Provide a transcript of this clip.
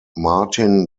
martin